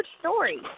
story